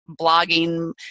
blogging